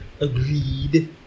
Agreed